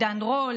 עידן רול,